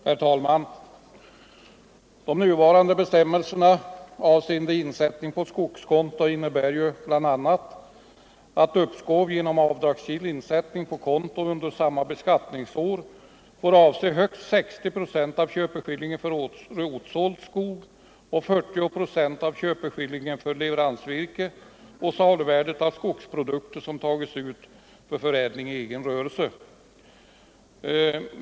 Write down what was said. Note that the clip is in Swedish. Herr talman! De nuvarande bestämmelserna avseende insättning på skogskonto innebär ju bl.a. att uppskov genom avdragsgill insättning på konto under samma beskattningsår får avse högst 60 procent av köpeskillingen för rotsåld skog och 40 procent för köpeskillingen för leveransvirke samt 40 procent av saluvärdet av skogsprodukter som uttagits för förädling i egen rörelse.